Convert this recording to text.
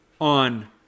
on